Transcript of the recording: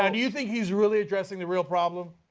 and you think he is really addressing the real problem?